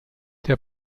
der